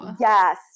yes